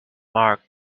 mark